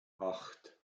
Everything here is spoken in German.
acht